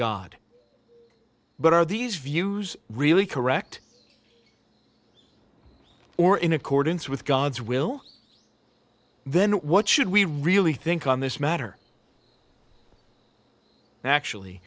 god but are these views really correct or in accordance with god's will then what should we really think on this matter actually